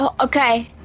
okay